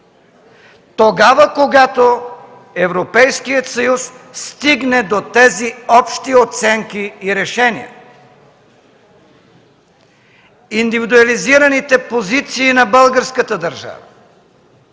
тогава когато Европейският съюз стигне до тези общи оценки и решения. Индивидуализираните позиции на българската държава